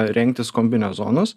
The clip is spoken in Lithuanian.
rengtis kombinezonus